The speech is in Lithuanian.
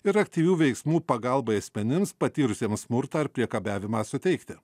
ir aktyvių veiksmų pagalbai asmenims patyrusiem smurtą ar priekabiavimą suteikti